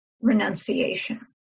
renunciation